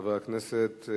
חבר הכנסת,